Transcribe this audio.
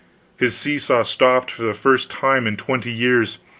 his seesaw stopped for the first time in twenty years.